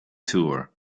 tour